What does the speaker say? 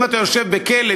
אם אתה יושב בכלא,